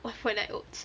overnight oats